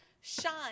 shine